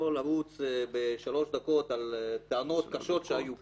לרוץ בשלוש דקות על טענות קשות שהיו פה.